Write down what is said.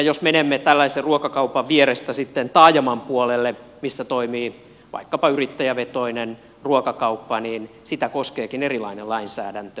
jos menemme tällaisen ruokakaupan vierestä sitten taajaman puolelle missä toimii vaikkapa yrittäjävetoinen ruokakauppa niin sitä koskeekin erilainen lainsäädäntö